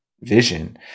vision